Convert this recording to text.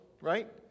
right